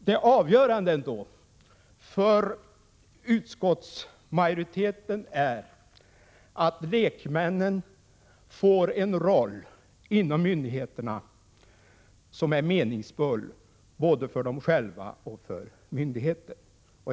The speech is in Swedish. Det avgörande är ändå för utskottsmajoriteten att lekmännen får en roll inom myndigheterna som är meningsfull både för dem själva och för myndigheten.